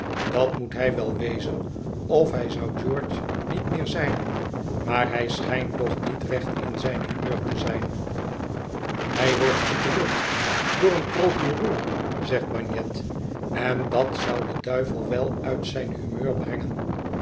dat moet hij wel wezen of hij zou george niet meer zijn maar hij schijnt toch niet recht in zijn humeur te zijn hij wordt gedrild door een procureur zegt bagnet en dat zou den duivel wel uit zijn humeur brengen